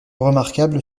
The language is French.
remarquable